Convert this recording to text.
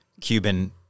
Cuban